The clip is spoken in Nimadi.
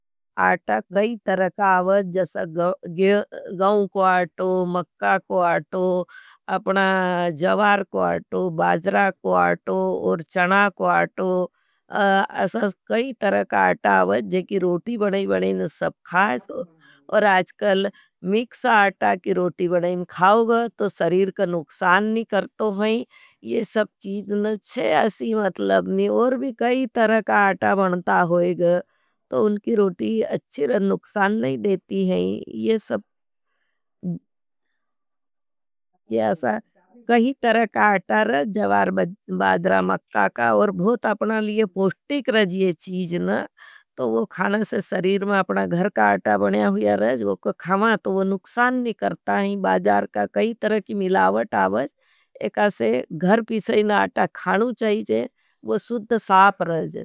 आटा कई तरका आवज, जैसे गॉँ को आटो, मक्का को आटो, अपना जवार को आटो, बाजरा को आटो, और चणा को आटो। अससे कई तरका आटा आवज, जेकि रोटी बनें बनें सब खाएँ। और आजकल मिक्स आटा की रोटी बनें खाओगा, तो शरीर का नुकसान नहीं करतो हैं। ये सब चीज़न छियासी मतलब नहीं, और भी कई तरका आटा बनता होईगा, तो उनकी रोटी अच्छी रह नुकसान नहीं देती हैं। ये सब कई तरका आटा रज। जवार बाजरा मक्का का, और भोत अपना लिए पोष्टिक रज। ये चीज़न, तो वो खाने से सरीर में अपना घर का आटा बने हाँ हुया रज, वो खामा तो वो नुकसान नहीं करता हैं। बाजर का कई तरकी मिलावट आओज, एक आसे घर पिसईना आटा खानु चाहीजे, वो सुद्ध साप रहेजे।